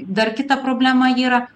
dar kita problema yra